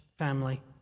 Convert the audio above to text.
Family